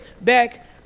back